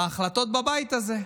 על ההחלטות בבית הזה.